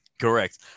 correct